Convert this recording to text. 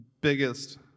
biggest